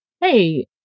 hey